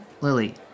Lily